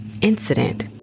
incident